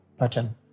pattern